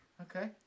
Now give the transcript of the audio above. okay